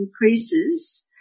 increases